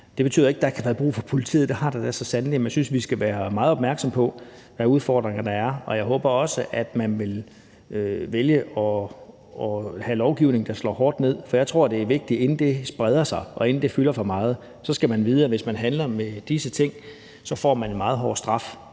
Det betyder ikke, at der ikke kan være brug for politiet, for det har der da så sandelig været, men jeg synes, vi skal være meget opmærksomme på, hvad udfordringerne er, og jeg håber også, at man vil vælge at have lovgivning, der slår hårdt ned på det. For jeg tror, det er vigtigt, at man, inden det spreder sig, og inden det kommer til at fylde for meget, ved, at hvis man handler med disse ting, får man en meget hård straf.